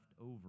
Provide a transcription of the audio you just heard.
over